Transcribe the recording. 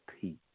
peace